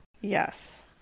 Yes